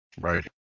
Right